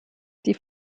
die